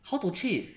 how to cheat